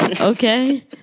okay